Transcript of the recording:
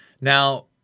Now